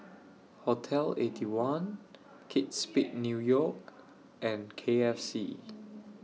Hotel Eighty One Kate Spade New York and K F C